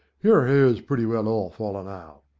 your hair's pretty well all falling out.